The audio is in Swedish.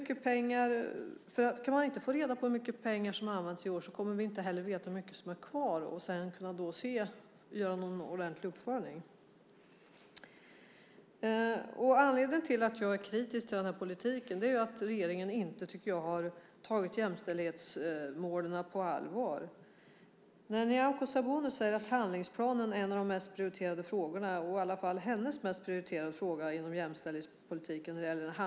Kan vi inte få reda på hur mycket pengar som använts i år kommer vi inte heller att veta hur mycket som är kvar för att sedan kunna göra en ordentlig uppföljning. Anledningen till att jag är kritisk till denna politik är att regeringen inte har tagit jämställdhetsmålen på allvar. Nyamko Sabuni säger att handlingsplanen för att bekämpa mäns våld mot kvinnor är en av de mest prioriterade frågorna och i alla fall hennes mest prioriterade fråga inom jämställdhetspolitiken.